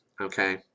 okay